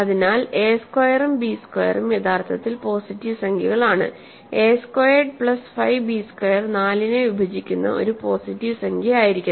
അതിനാൽ എ സ്ക്വയറും ബി സ്ക്വയറും യഥാർത്ഥത്തിൽ പോസിറ്റീവ് സംഖ്യകളാണ് A squared plus 5 B square 4 നെ വിഭജിക്കുന്ന ഒരു പോസിറ്റീവ് സംഖ്യയായിരിക്കണം